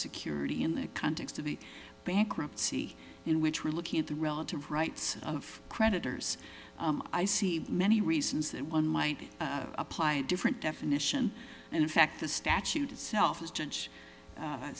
security in the context of the bankruptcy in which we're looking at the relative rights of creditors i see many reasons that one might apply a different definition and in fact the statute itself is judge